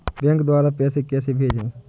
Bank द्वारा पैसे कैसे भेजें?